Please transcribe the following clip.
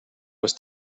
was